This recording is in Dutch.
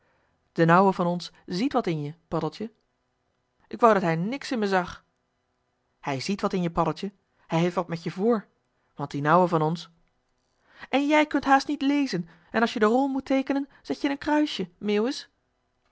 d'n ouwe van ons z i e t wat in je paddeltje k wou dat hij niks in me zag hij z i e t wat in je paddeltje hij heeft wat met je voor want dien ouwe van ons joh h been paddeltje de scheepsjongen van michiel de ruijter en jij kunt haast niet lezen en als je de rol moet teekenen zet je een kruisje